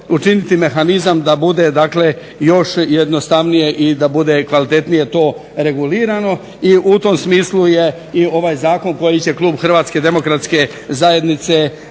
učiniti mehanizam da bude, dakle još jednostavnije i da bude kvalitetnije to regulirano. I u tom smislu je i ovaj Zakon koji će klub Hrvatske demokratske zajednice